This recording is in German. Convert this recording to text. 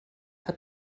hat